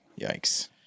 Yikes